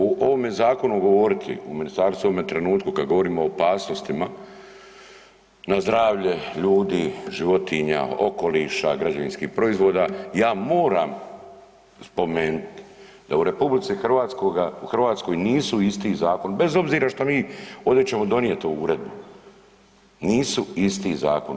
U ovome zakonu govoriti, u ministarstvu u ovome trenutku kad govorimo o opasnostima na zdravlje ljudi, životinja, okoliša, građevinskih proizvoda ja moram spomenuti da u RH nisu isti zakon, bez obzira što mi ovdje ćemo donijet ovu uredbu, nisu isti zakon.